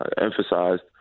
emphasized